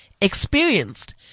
experienced